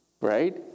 right